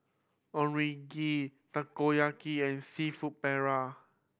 Onigiri Takoyaki and Seafood Paella